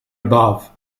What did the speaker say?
above